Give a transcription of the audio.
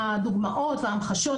לשאלתכן על הדוגמאות וההמחשות